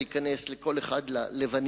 לכסף אין ריח